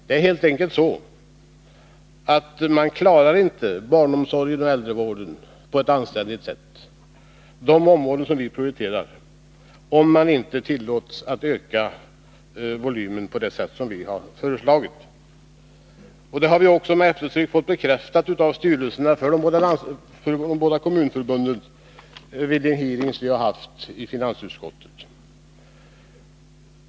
Det är helt enkelt så att kommunerna inte klarar barnomsorgen och äldrevården — de områden som vi prioriterar — på ett anständigt sätt, om de inte tillåts att öka volymen på det sätt som vi har föreslagit. Detta har vi också med eftertryck fått bekräftat av styrelserna i de båda kommunförbunden vid de hearingar vi har haft i finansutskottet.